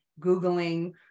googling